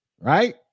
right